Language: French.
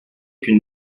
qu’une